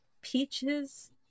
peaches